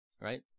right